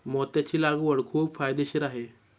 मोत्याची लागवड खूप फायदेशीर आहे